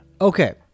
Okay